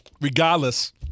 Regardless